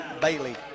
bailey